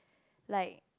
like